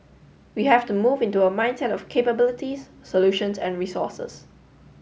we have to move into a mindset of capabilities solutions and resources